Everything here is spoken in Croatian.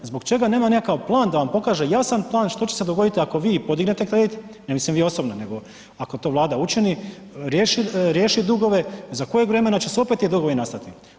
Zbog čega nema nekakav plan da vam pokaže jasan plan što će se dogoditi ako vi i podignete kredit, ne mislim vi osobno, nego ako to Vlada učini, riješi dugove, za kojeg vremena će opet ti dugovi nastati?